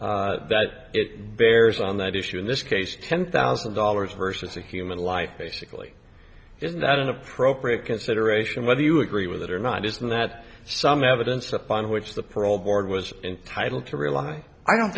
callous that it bears on that issue in this case ten thousand dollars versus a human life basically is not an appropriate consideration whether you agree with that or not isn't that some evidence upon which the parole board was entitled to rely i don't